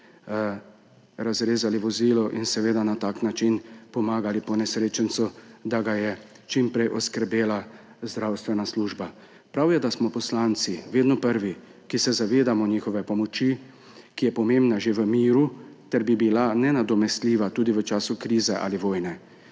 razrezali vozilo in na tak način pomagali ponesrečencu, da ga je čim prej oskrbela zdravstvena služba. Prav je, da smo poslanci vedno prvi, ki se zavedamo njihove pomoči, ki je pomembna že v miru ter bi bila nenadomestljiva tudi v času krize ali vojne.